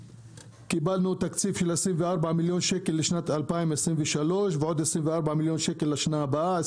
קיבלנו תקציב של 24 מיליון שקל לשנת 2023 ועוד 24 מיליון שקל לשנה הבאה.